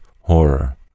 horror